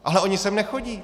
Ale oni sem nechodí.